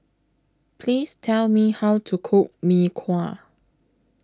Please Tell Me How to Cook Mee Kuah